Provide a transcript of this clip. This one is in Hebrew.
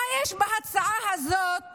מה יש בהצעה הזאת